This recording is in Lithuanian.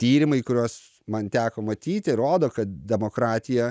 tyrimai kuriuos man teko matyti rodo kad demokratija